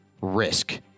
risk